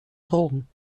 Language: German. drogen